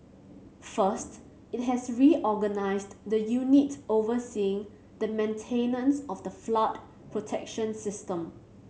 first it has reorganised the unit overseeing the maintenance of the flood protection system